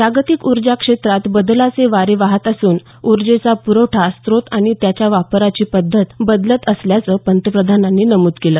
जागतिक ऊर्जा क्षेत्रात बदलाचे वारे वाहत असून ऊर्जेचा पुरवठा स्रोत आणि त्याच्या वापराची पद्धतही बदलत असल्याचं पंतप्रधानांनी नमूद केलं